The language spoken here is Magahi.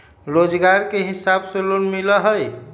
रोजगार के हिसाब से लोन मिलहई?